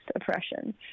oppression